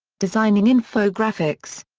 designing infographics.